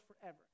forever